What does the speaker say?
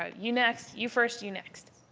ah you next, you first, you next.